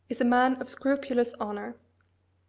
is a man of scrupulous honour.